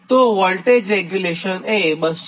તોવોલ્ટેજ regulation એ 208